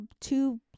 two